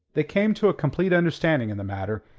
they came to a complete understanding in the matter,